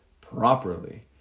properly